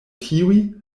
tiuj